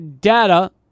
data